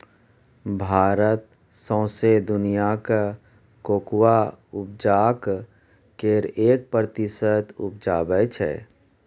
भारत सौंसे दुनियाँक कोकोआ उपजाक केर एक प्रतिशत उपजाबै छै